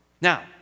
Now